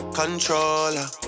controller